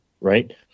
right